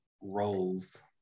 roles